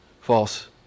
false